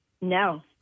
No